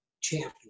champion